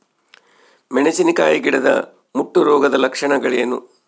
ಮೆಣಸಿನಕಾಯಿ ಗಿಡದ ಮುಟ್ಟು ರೋಗದ ಲಕ್ಷಣಗಳೇನು?